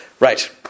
Right